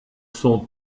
sont